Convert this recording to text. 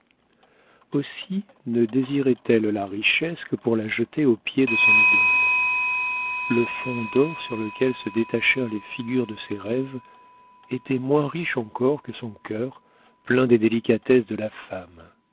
aussi ne désirait elle la richesse que pour la jeter aux pieds de son idole le fond d'or sur lequel se détachèrent les figures de ses rêves était moins riche encore que son cœur plein des délicatesses de la femme